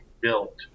built